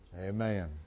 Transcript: Amen